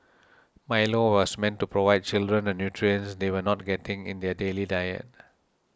Milo was meant to provide children the nutrients they were not getting in their daily diet